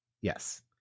Yes